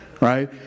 right